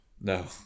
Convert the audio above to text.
no